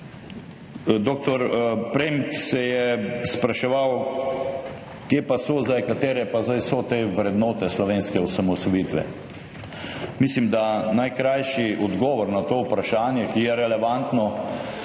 Dr. Premk se je spraševal, kje pa so zdaj, katere pa so zdaj te vrednote slovenske osamosvojitve. Mislim, da najkrajši odgovor na to vprašanje, ki je relevantno,